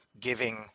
giving